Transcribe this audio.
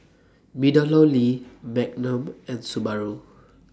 Meadowlea Magnum and Subaru